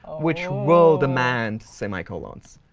which will demand semicolons.